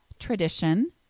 tradition